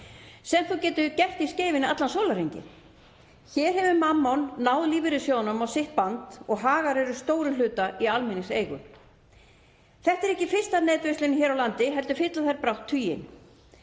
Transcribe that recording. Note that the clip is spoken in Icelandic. sem þeir geta gert í Skeifunni allan sólarhringinn. Hér hefur mammon náð lífeyrissjóðunum á sitt band og Hagar eru að stórum hluta í almenningseigu. Þetta er ekki fyrsta netverslunin hér á landi heldur fylla þær brátt tuginn